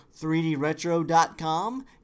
3dretro.com